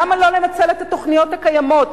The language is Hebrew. למה לא לנצל את התוכניות הקיימות?